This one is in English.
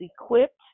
equipped